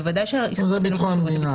בוודאי שזה קשור לביטחון המדינה,